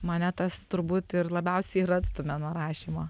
mane tas turbūt ir labiausiai ir atstumia nuo rašymo